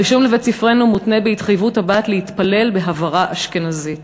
הרישום לבית-ספרנו מותנה בהתחייבות הבת להתפלל בהברה אשכנזית".